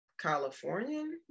Californian